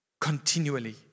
continually